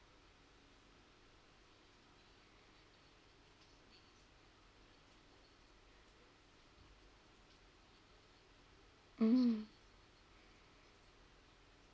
mm